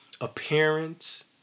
appearance